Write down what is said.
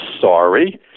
sorry